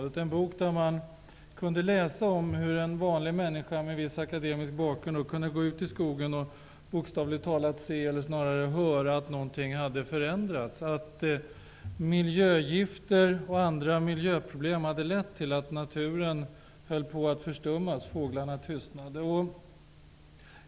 Det var en bok där man kunde läsa om hur en vanlig människa med viss akademisk bakgrund kunde gå ut i skogen och bokstavligt talat se, eller snarast höra, att något hade förändrats, att miljögifter och andra miljöproblem hade lett till att naturen höll på att förstummas, fåglarna tystnade.